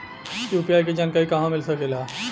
UPI के जानकारी कहवा मिल सकेले?